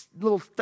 little